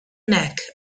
neck